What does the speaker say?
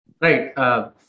Right